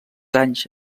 anys